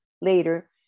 later